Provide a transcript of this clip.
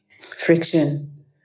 friction